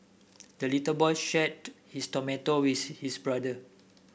the little boy shared his tomato with his brother